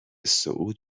صعود